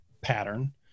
pattern